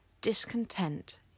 discontent